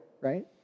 right